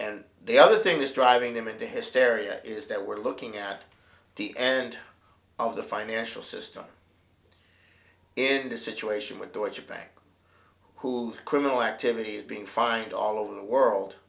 and the other thing is driving them into hysteria is that we're looking at the end of the financial system in this situation with deutsche bank who criminal activity is being fined all over the world